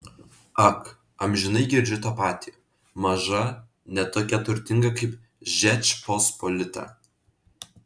ak amžinai girdžiu tą patį maža ne tokia turtinga kaip žečpospolita